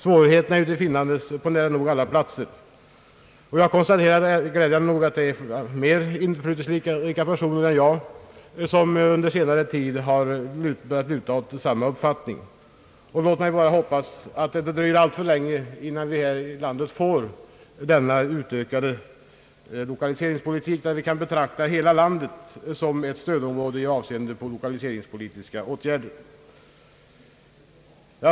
Svårigheterna är tillfinnandes på nära nog alla platser i landet. Jag konstaterar även, att det glädjande nog är mer inflytelserika personer än jag som under senare tid börjat luta åt samma uppfattning. Låt mig bara uttrycka den förhoppningen att det inte dröjer alltför länge innan vi kan betrakta hela landet som ett stödområde i fråga om lokaliseringspolitiska åtgärder.